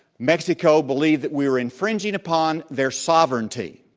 mexico believed that we were infringing upon their sovereignty.